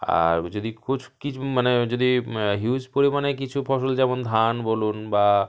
আর যদি কুছ কিচ মানে যদি হিউজ পরিমাণে কিছু ফসল যেমন ধান বলুন বা